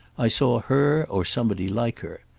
i saw her or somebody like her.